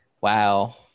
Wow